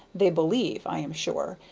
they believe, i am sure,